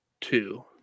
two